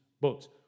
books